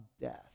death